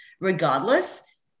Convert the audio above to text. regardless